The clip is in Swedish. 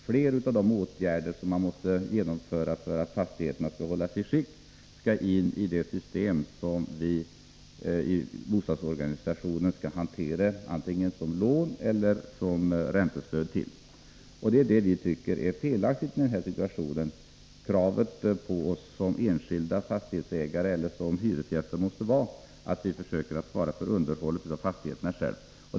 Flera av de åtgärder som man måste genomföra för att hålla fastigheterna i gott skick skall nu föras in i det system som bostadsorganisationen skall hantera, och det gäller då antingen lån eller räntestöd. Det är detta vi tycker är felaktigt. Kravet på oss som enskilda fastighetsägare eller som hyresgäster måste vara att vi själva skall försöka svara för underhållet av fastigheterna.